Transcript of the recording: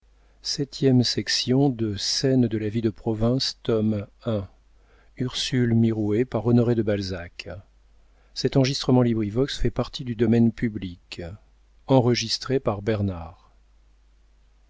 de scène de la vie de province tome i author honoré de balzac